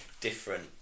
different